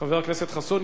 חבר הכנסת יואל חסון,